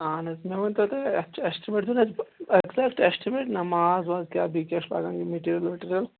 اَہَن حظ مےٚ ؤنۍتَو تُہۍ اَسہِ چھُ ایٚسٹِمیٹ دِیُن ایٚگزیٹ ایٚسٹِمیٹ چھُنا ماز واز بیٚیہِ کیٛاہ چھُ لگان میٹیٖریل ؤٹیٖریل